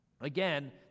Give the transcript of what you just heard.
Again